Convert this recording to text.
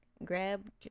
grab